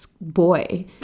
boy